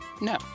No